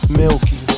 milky